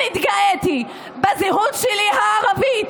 כן התגאיתי בזהות הערבית